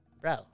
bro